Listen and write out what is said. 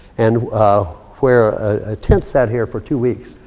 and ah where a tent sat here for two weeks.